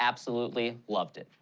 absolutely loved it.